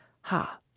Ha